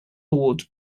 would